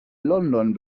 london